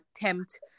attempt